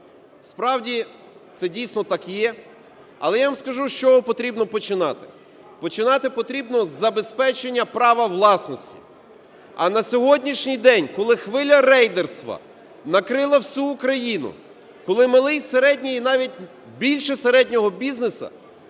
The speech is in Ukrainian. Справді, це дійсно так є. Але я вам скажу, з чого потрібно починати: починати потрібно з забезпечення права власності. А на сьогоднішній день, коли хвиля рейдерства накрила всю Україну, коли малий, середній, і навіть більше середнього бізнес ,